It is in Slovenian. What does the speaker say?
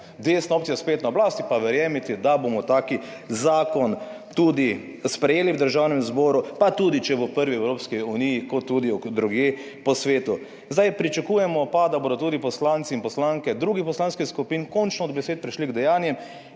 desna opcija spet na oblasti, pa verjemite, da bomo tak zakon tudi sprejeli v Državnem zboru, pa tudi če bo prvi v Evropski uniji, kot tudi drugje po svetu. Zdaj, pričakujemo pa, da bodo tudi poslanci in poslanke drugih poslanskih skupin končno od besed prešli k dejanjem.